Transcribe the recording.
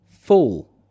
full